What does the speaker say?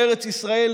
בארץ ישראל,